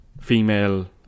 female